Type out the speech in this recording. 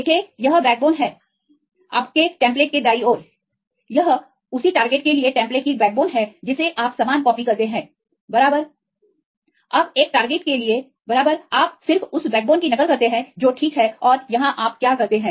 देखें यह बैकबोन है आपके टेम्प्लेट के दाईं ओर यह उसी लक्ष्य के लिए टेम्प्लेट की बैकबोन है जिसे आप समान कॉपी करते हैं बराबर अब एक लक्ष्य के लिए बराबर आप सिर्फ उस बैकबोन की नकल करते हैं जो ठीक है और यहां आप क्या करते हैं